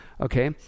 okay